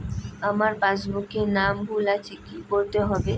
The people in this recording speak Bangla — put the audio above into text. আমার পাসবুকে নাম ভুল আছে কি করতে হবে?